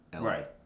Right